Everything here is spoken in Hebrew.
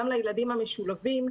גם לילדים המשולבים,